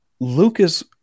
Lucas